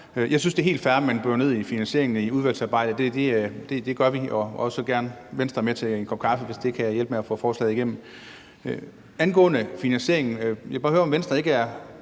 Jeg synes, det er helt fair, at man dykker ned i finansieringen i udvalgsarbejdet. Det gør vi og også gerne sammen med Venstre over en kop kaffe, hvis det kan hjælpe med at få forslaget igennem. Angående finansieringen vil jeg bare høre, om Venstre ikke er